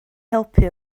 helpu